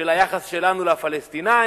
של היחס שלנו לפלסטינים,